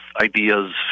ideas